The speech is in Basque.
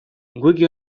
wiki